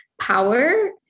power